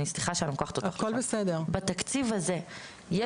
בתקציב הזה,